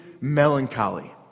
melancholy